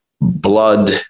blood